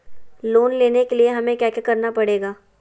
Loan लेने के लिए हमें क्या क्या करना पड़ेगा?